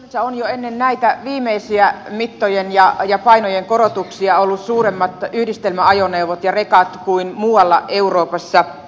suomessa on jo ennen näitä viimeisiä mittojen ja painojen korotuksia ollut suuremmat yhdistelmäajoneuvot ja rekat kuin muualla euroopassa